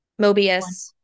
Mobius